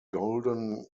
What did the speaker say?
golden